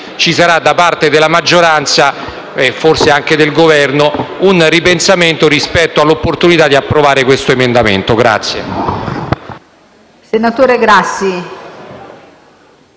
ci sarà da parte della maggioranza, e forse anche del Governo, un ripensamento rispetto all'opportunità di approvare questa proposta di